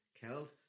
killed